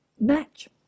match